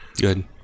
Good